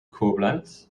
koblenz